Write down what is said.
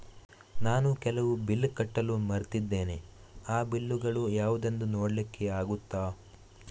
ನಾನು ಕೆಲವು ಬಿಲ್ ಕಟ್ಟಲು ಮರ್ತಿದ್ದೇನೆ, ಆ ಬಿಲ್ಲುಗಳು ಯಾವುದೆಂದು ನೋಡ್ಲಿಕ್ಕೆ ಆಗುತ್ತಾ?